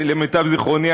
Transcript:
למיטב זיכרוני,